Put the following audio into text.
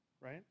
right